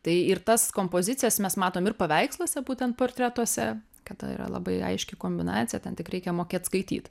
tai ir tas kompozicijas mes matom ir paveiksluose būtent portretuose kad ta yra labai aiški kombinacija ten tik reikia mokėt skaityt